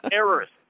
errors